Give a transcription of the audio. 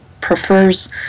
prefers